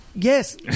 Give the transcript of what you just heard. Yes